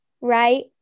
Right